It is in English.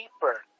deeper